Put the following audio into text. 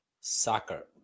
soccer